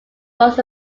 was